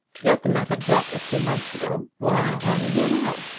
to let the matter drop a few months ago, why are you here now?